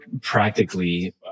practically